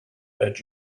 that